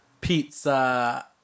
pizza